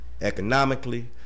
economically